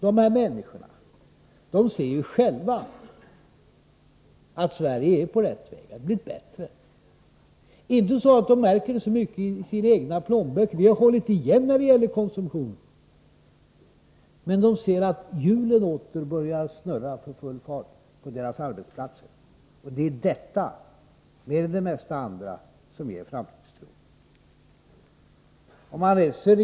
De här människorna ser själva att Sverige är på rätt väg, att det blir bättre. De kanske inte märker det så mycket i sina egna plånböcker — vi har ju hållit igen när det gäller konsumtionen — men de ser att hjulen åter börjar snurra för full fart på deras arbetsplatser, och det är detta, mer än det mesta andra, som ger dem framtidstro.